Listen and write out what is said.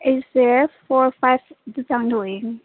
ꯑꯩꯁꯦ ꯐꯣꯔ ꯐꯥꯏꯕ ꯑꯗꯨ ꯆꯥꯡꯗ ꯑꯣꯏꯒꯅꯤ